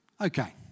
Okay